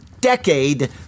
decade